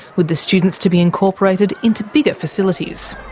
with the students to be incorporated into bigger facilities.